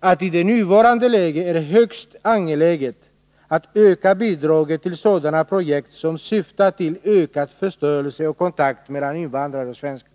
att det i nuvarande läge är högst angeläget att öka bidraget till sådana projekt som syftar till ökad förståelse och kontakt mellan invandrare och svenskar.